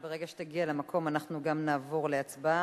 וברגע שתגיע למקום אנחנו גם נעבור להצבעה.